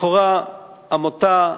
לכאורה זאת עמותה,